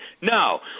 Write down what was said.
No